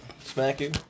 Smacking